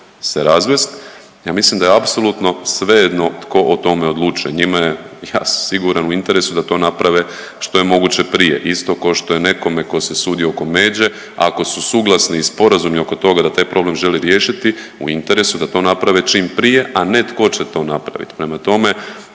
se razvesti ja mislim da je apsolutno svejedno tko o tome odlučuje. Njima je ja sam siguran u interesu da to naprave što je moguće prije. Isto kao što je nekome tko se sudi oko međe ako su suglasni i sporazumi oko toga da taj problem želi riješiti u interesu da to naprave čim prije, a ne tko će to napraviti. Prema tome,